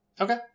okay